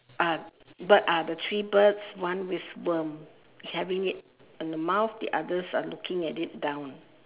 ah bird ah the three birds one with worm having it in the mouth the others are looking at it down